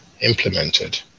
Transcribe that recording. implemented